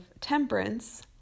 temperance